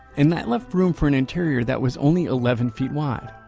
and that left room for an interior that was only eleven feet wide.